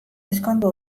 ezkondu